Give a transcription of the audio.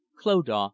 clodagh